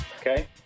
Okay